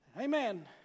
Amen